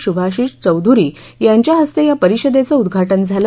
शुभाशीष चौधुरी यांच्या हस्ते या परिषदेचं उद्घाटन झालं